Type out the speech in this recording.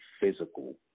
physical